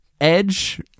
Edge